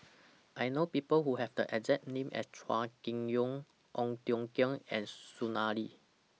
I know People Who Have The exact name as Chua Kim Yeow Ong Tiong Khiam and Soon Ai Ling